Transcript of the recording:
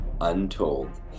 untold